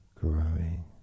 Growing